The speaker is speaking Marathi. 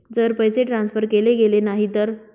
जर पैसे ट्रान्सफर केले गेले नाही तर?